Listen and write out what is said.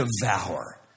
devour